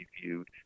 viewed